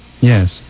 Yes